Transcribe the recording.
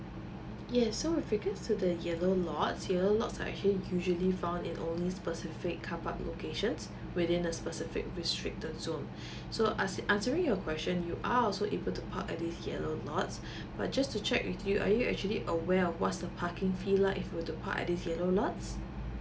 yes so with regards to the yellow lots yellow lots are actually usually found in only specific car park locations within the specific restricted zone so ans~ answering your question you are also able to park at this yellow lots but just to check with you are you actually aware of what's the parking fee like if you will to park in this yellow lots